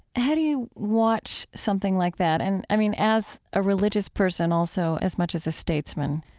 how do you watch something like that, and i mean, as a religious person, also, as much as a statesman?